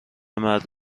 مرد